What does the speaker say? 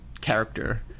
character